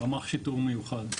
רמ"ח שיטור מיוחד.